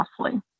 costly